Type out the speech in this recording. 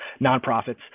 nonprofits